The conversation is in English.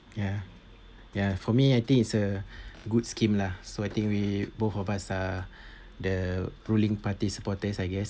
ya ya for me I think it's a good scheme lah so I think we both of us uh the ruling party supporters I guess